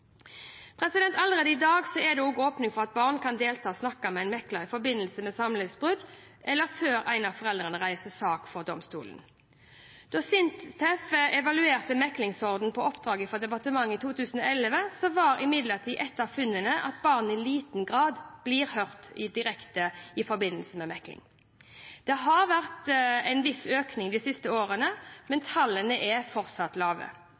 Allerede i dag er det åpning for at barn kan delta og snakke med en mekler i forbindelse med samlivsbrudd eller før en av foreldrene reiser sak for domstolen. Da Sintef evaluerte meklingsordningen på oppdrag fra departementet i 2011, var imidlertid et av funnene at barn i liten grad blir hørt direkte i forbindelse med mekling. Det har vært en viss økning de siste årene, men tallene er fortsatt lave.